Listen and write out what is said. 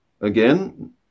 again